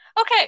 okay